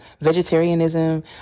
vegetarianism